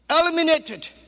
eliminated